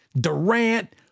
Durant